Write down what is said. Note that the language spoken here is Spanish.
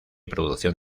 producción